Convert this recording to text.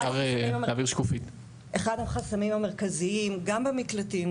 אחד החסמים המרכזיים גם במקלטים,